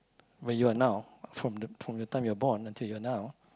where you are now from the from the time you are born until you're now